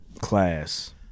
Class